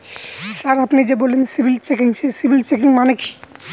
Sir আপনি যে বললেন সিবিল চেকিং সেই সিবিল চেকিং মানে কি?